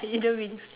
you don't believe